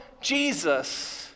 Jesus